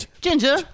Ginger